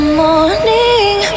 morning